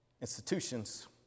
Institutions